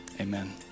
amen